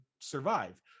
survive